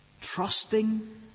trusting